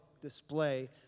display